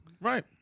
Right